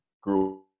grew